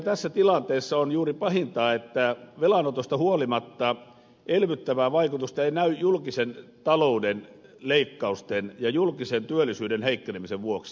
tässä tilanteessa pahinta on juuri se että velanotosta huolimatta elvyttävää vaikutusta ei näy julkisen talouden leikkausten ja julkisen työllisyyden heikkenemisen vuoksi